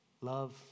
Love